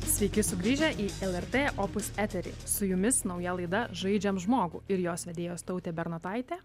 sveiki sugrįžę į lrt opus eterį su jumis nauja laida žaidžiam žmogų ir jos vedėjos tautė bernotaitė